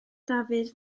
dafydd